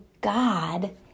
God